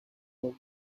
rock